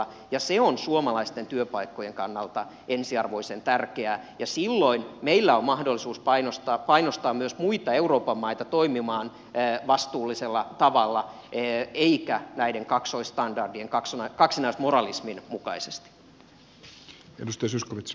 se on suomalaisten työpaikkojen kannalta ensiarvoisen tärkeää ja silloin meillä on mahdollisuus painostaa myös muita euroopan maita toimimaan vastuullisella tavalla eikä näiden kaksoisstandardien kaksinaismoralismin mukaisesti